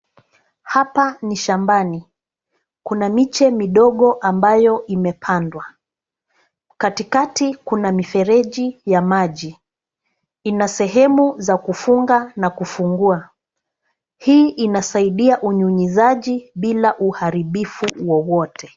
Hapa ni shambani. Kuna miche midogo ambayo imepandwa. Katikati kuna mifereji ya maji, inasehemu za kufunga na kufungua hii inasaidia unyunyizaji bila uharibifu wowote.